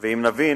ואם נבין